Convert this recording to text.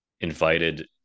invited